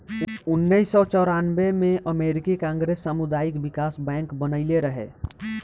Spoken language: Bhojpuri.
उनऽइस सौ चौरानबे में अमेरिकी कांग्रेस सामुदायिक बिकास बैंक बनइले रहे